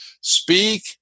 speak